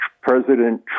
President